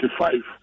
five